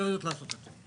לא יודעות לעשות את זה.